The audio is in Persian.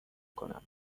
کنم